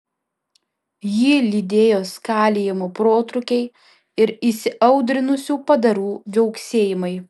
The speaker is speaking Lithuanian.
jį lydėjo skalijimo protrūkiai ir įsiaudrinusių padarų viauksėjimai